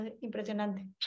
impresionante